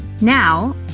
Now